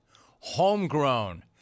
Homegrown